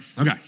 okay